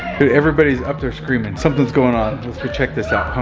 dude, everybody's up there screaming. something's going on. let's go check this out. come